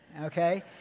okay